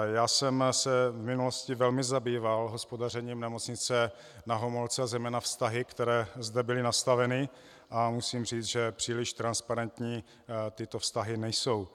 Já jsem se v minulosti velmi zabýval hospodařením nemocnice Na Homolce a zejména vztahy, které zde byly nastaveny, a musím říci, že příliš transparentní tyto vztahy nejsou.